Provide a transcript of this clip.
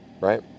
right